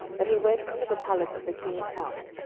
that he went into the palace of the king's house,